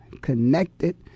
Connected